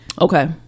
okay